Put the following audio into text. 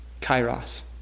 Kairos